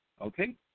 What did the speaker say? Okay